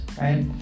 right